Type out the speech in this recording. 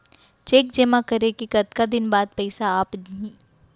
Cheque जेमा करें के कतका दिन बाद पइसा आप ही?